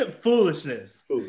Foolishness